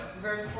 Verse